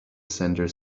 center